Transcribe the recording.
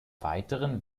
weiteren